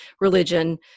religion